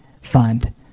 fund